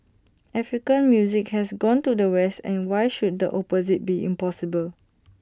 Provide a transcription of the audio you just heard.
African music has gone to the west and why should the opposite be impossible